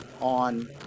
on